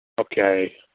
Okay